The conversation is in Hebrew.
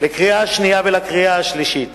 לקריאה השנייה ולקריאה השלישית